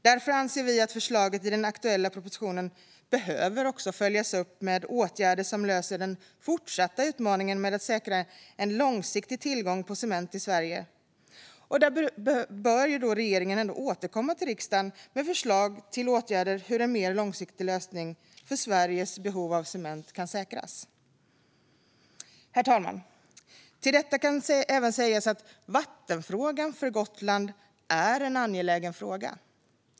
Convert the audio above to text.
Därför anser vi att förslaget i den aktuella propositionen behöver följas upp med åtgärder som löser den fortsatta utmaningen med att säkra en långsiktig tillgång på cement i Sverige. Regeringen bör återkomma till riksdagen med förslag till åtgärder för en mer långsiktig lösning för att säkra Sveriges behov av cement. Herr talman! Till detta kan även sägas att vattenfrågan för Gotland är en angelägen fråga.